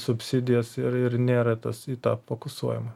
subsidijas ir ir nėra tas į tą fokusuojama